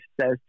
says